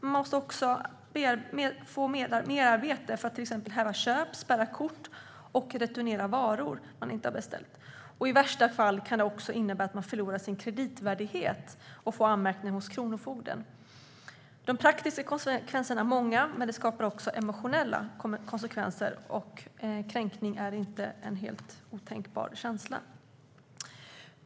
Man får merarbete för att till exempel häva köp, spärra kort och returnera varor man inte har beställt. I värsta fall kan det också innebära att man förlorar sin kreditvärdighet och får anmärkningar hos kronofogden. De praktiska konsekvenserna är många, men det skapar också emotionella konsekvenser. Att man känner sig kränkt är inte helt otänkbart.